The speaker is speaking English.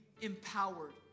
empowered